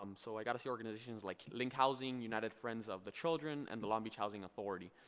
um so i got to see organizations like link housing, united friends of the children and the long beach housing authority.